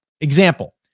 example